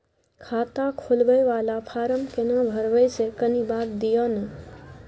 खाता खोलैबय वाला फारम केना भरबै से कनी बात दिय न?